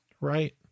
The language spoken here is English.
right